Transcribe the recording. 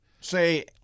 say